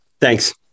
thanks